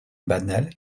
banal